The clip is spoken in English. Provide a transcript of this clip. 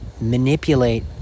manipulate